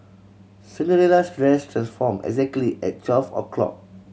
Cinderella's dress transform exactly at twelve o'clock